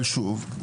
אבל שוב,